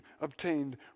obtained